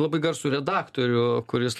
labai garsų redaktorių kuris